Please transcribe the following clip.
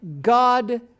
God